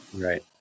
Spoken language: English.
Right